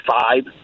five